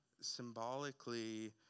symbolically